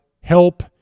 help